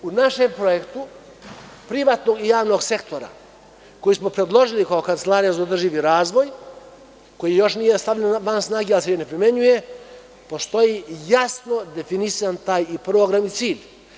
U našem projektu privatnog i javnog sektora, koji smo predložili kao Kancelarija za održivi razvoj, koji još nije stavljen van snage, ali se ne primenjuje, postoji jasno definisan taj program i cilj.